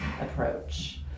approach